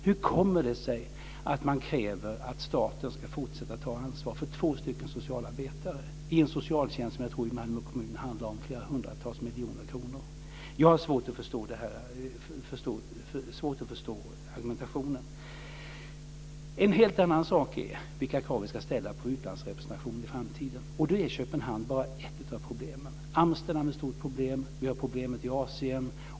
Hur kommer det sig att man kräver att staten ska fortsätta att ta ansvar för två socialarbetare; detta inom en socialtjänst som den i Malmö kommun det väl handlar om flera hundratals miljoner? Jag har svårt att förstå argumentationen här. En helt annan sak är vilka krav vi i framtiden ska ställa på utlandsrepresentation. Då är Köpenhamn bara ett av problemen. Amsterdam är ett stort problem. Vi har även problem i Asien.